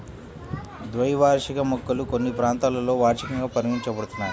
ద్వైవార్షిక మొక్కలు కొన్ని ప్రాంతాలలో వార్షికంగా పరిగణించబడుతున్నాయి